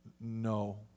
No